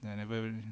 and I never learn